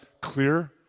clear